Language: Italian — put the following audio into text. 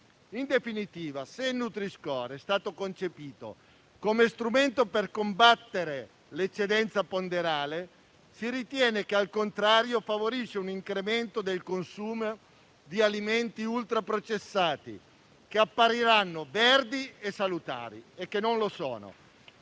In definitiva, se il nutri-score è stato concepito come strumento per combattere l'eccedenza ponderale, si ritiene che, al contrario, favorisca un incremento del consumo di alimenti ultraprocessati, che appariranno verdi e salutari ma che non lo sono.